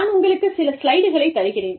நான் உங்களுக்கு சில ஸ்லைடுகளை தருகிறேன்